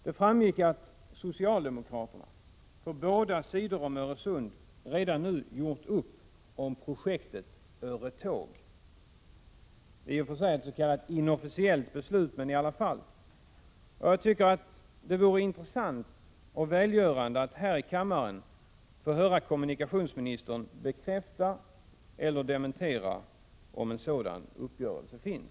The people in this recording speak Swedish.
Det framgick av dessa att socialdemokraterna på båda sidor om Öresund redan nu hade gjort upp om projektet Öretåg — om också i ett s.k. inofficiellt beslut. Det vore intressant och välgörande att här i kammaren få höra kommunikationsministern bekräfta eller dementera uppgiften om att en sådan uppgörelse finns.